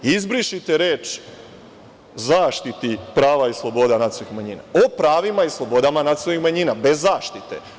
Izbrišite reči „zaštiti prava i sloboda nacionalnih manjina“, o pravima i slobodama nacionalnih manjina, bez zaštite.